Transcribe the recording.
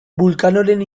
vulcanoren